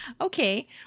Okay